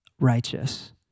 righteous